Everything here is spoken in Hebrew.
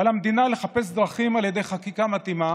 על המדינה לחפש דרכים על ידי חקיקה מתאימה